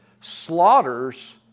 slaughters